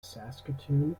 saskatoon